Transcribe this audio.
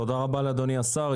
תודה רבה לאדוני השר.